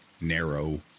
narrow